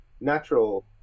natural